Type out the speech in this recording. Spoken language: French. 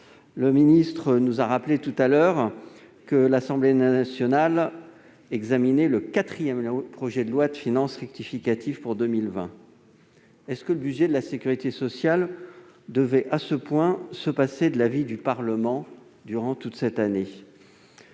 Le ministre nous l'a rappelé : l'Assemblée nationale examine le quatrième projet de loi de finances rectificative pour 2020. Le budget de la sécurité sociale devait-il à ce point se passer de l'avis du Parlement durant toute cette année ?